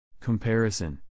Comparison